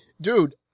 Dude